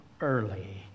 early